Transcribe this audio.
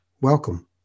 Welcome